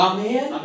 Amen